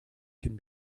can